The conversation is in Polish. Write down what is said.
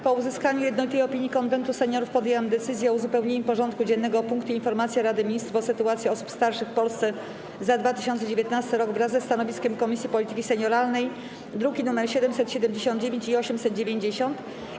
Po uzyskaniu jednolitej opinii Konwentu Seniorów podjęłam decyzję o uzupełnieniu porządku dziennego o punkty: - Informacja Rady Ministrów o sytuacji osób starszych w Polsce za 2019 r. wraz ze stanowiskiem Komisji Polityki Senioralnej, druki nr 779 i 890,